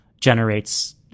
Generate's